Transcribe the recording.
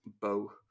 bow